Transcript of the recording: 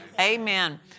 Amen